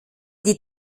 die